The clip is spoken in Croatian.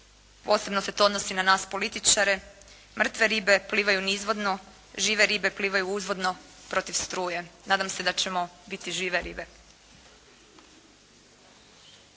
posebno se to odnosi na nas političare, mrtve ribe plivaju nizvodno, žive ribe plivaju uzvodno protiv struje. Nadam se da ćemo biti žive ribe.